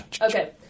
Okay